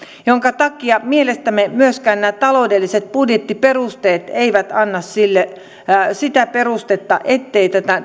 minkä takia mielestämme myöskään nämä taloudelliset budjettiperusteet eivät anna sille sitä perustetta ettei tätä